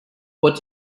what